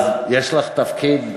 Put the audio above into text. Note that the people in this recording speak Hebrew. אז יש לך תפקיד עצום.